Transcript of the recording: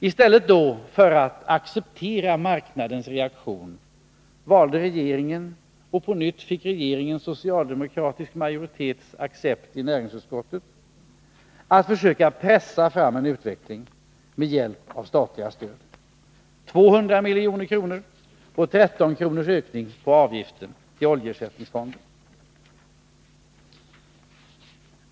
I stället för att acceptera marknadens reaktion valde regeringen — och på nytt fick regeringen accept av den socialdemokratiska majoriteten i näringsutskottet — att försöka pressa fram en utveckling med hjälp av statliga stöd: 200 milj.kr. och 13 kr. ökning av avgift till oljeersättningsfonden.